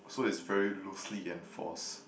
so it's very loosely enforced